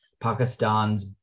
Pakistan's